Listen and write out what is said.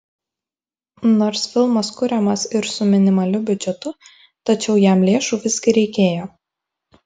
nors filmas kuriamas ir su minimaliu biudžetu tačiau jam lėšų visgi reikėjo